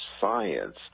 science